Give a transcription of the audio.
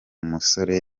musore